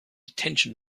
detention